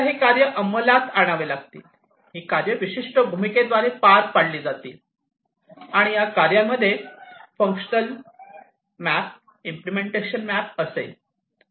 आता हे कार्य अंमलात आणावे लागेल ही कार्य विशिष्ट भूमिकेद्वारे पार पाडली जाईल आणि या कार्यांमध्ये फंक्शनल मॅप आणि इम्पलेमेंटेशन मॅप Implementation map